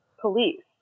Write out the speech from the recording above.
police